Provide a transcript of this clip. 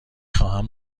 خواهم